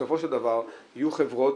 בסופו של דבר יהיו חברות